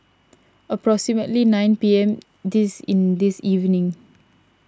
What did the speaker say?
approximately nine P M this in this evening